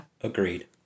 Agreed